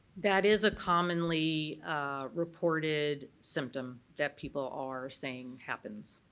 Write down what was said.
that is a commonly reported symptom that people are saying happens.